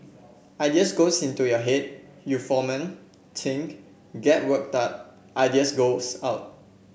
ideas goes into your head you foment think get worked up ideas goes out